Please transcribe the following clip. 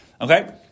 Okay